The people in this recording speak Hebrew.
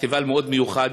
פסטיבל מאוד מיוחד,